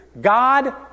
God